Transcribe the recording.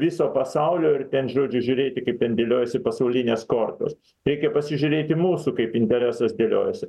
viso pasaulio ir ten žodžiu žiūrėti kaip ten dėliojasi pasaulinės kortos reikia pasižiūrėti mūsų kaip interesas dėliojasi